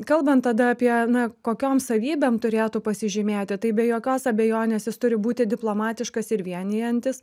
kalbant tada apie na kokiom savybėm turėtų pasižymėti tai be jokios abejonės jis turi būti diplomatiškas ir vienijantis